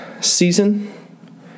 season